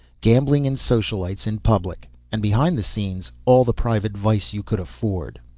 gambling and socialities in public and behind the scenes all the private vice you could afford.